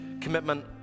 commitment